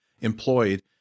employed